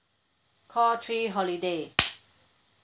call three holiday